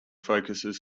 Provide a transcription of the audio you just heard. focuses